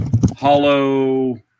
Hollow